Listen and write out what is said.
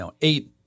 eight